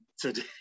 today